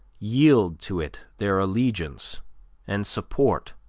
yield to it their allegiance and support